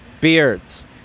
beards